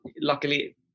luckily